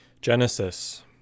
Genesis